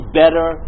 better